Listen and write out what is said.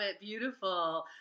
beautiful